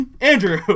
Andrew